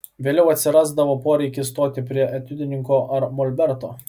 vėliau atsirasdavo poreikis stoti prie etiudininko ar molberto